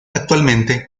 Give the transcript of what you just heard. actualmente